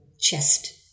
chest